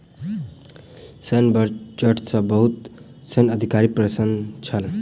सैन्य बजट सॅ बहुत सैन्य अधिकारी प्रसन्न छल